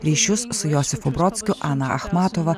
ryšius su josifu brodskiu ana achmatova